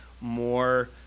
more